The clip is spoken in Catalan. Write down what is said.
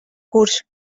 curs